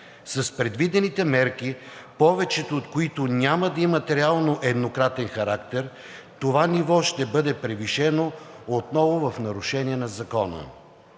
С предвидените мерки, повечето от които няма да имат реално еднократен характер, това ниво ще бъде превишено отново в нарушение на закона.